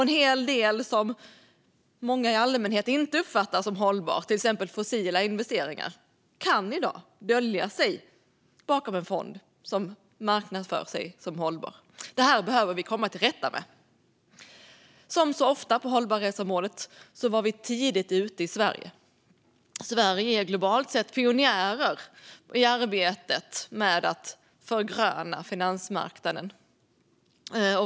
En hel del som många i allmänhet inte uppfattar som hållbart, till exempel fossila investeringar, kan i dag dölja sig bakom en fond som marknadsför sig som hållbar. Det här behöver vi komma till rätta med. Som så ofta på hållbarhetsområdet var vi tidigt ute i Sverige. Sverige är globalt sett pionjärer i arbetet med att förgröna finansmarknaden.